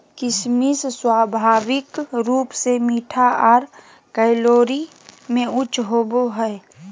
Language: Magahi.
किशमिश स्वाभाविक रूप से मीठा आर कैलोरी में उच्च होवो हय